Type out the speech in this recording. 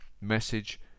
message